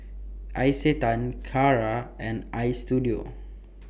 Isetan Kara and Istudio